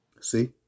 See